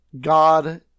God